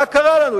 מה קרה לנו?